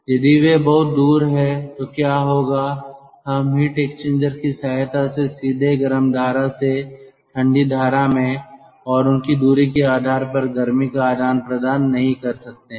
यदि वे बहुत दूर हैं तो क्या होगा हम हीट एक्सचेंजर की सहायता से सीधे गर्म धारा से ठंडी धारा में और उनकी दूरी के आधार पर गर्मी का आदान प्रदान नहीं कर सकते हैं